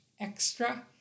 extra